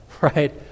Right